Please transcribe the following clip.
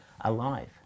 alive